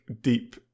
deep